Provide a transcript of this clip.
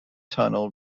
tunnel